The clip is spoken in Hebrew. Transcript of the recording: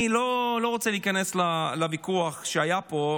אני לא רוצה להיכנס לוויכוח שהיה פה,